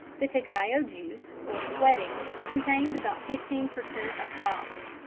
the cacao juice or sweatings contains about fifteen per cent. of solids,